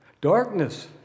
darkness